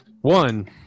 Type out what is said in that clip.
One